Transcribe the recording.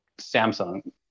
Samsung